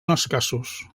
escassos